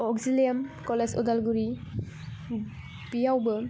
Auxilium college Udalguri बियावबो